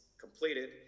completed